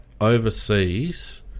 oversees